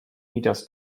meters